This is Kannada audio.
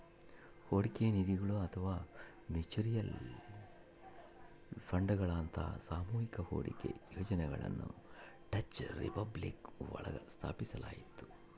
ಹೂಡಿಕೆ ನಿಧಿಗಳು ಅಥವಾ ಮ್ಯೂಚುಯಲ್ ಫಂಡ್ಗಳಂತಹ ಸಾಮೂಹಿಕ ಹೂಡಿಕೆ ಯೋಜನೆಗಳನ್ನ ಡಚ್ ರಿಪಬ್ಲಿಕ್ ಒಳಗ ಸ್ಥಾಪಿಸಲಾಯ್ತು